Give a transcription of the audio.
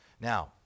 Now